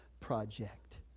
project